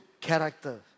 character